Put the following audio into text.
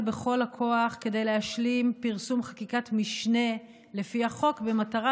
בכל הכוח כדי להשלים פרסום חקיקת משנה לפי החוק במטרה